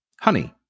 honey